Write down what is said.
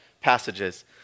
passages